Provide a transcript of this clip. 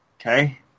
okay